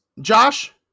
Josh